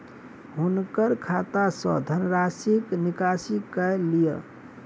हुनकर खाता सॅ धनराशिक निकासी कय लिअ